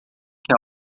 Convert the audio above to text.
que